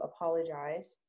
apologize